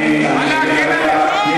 אני מגן עליך.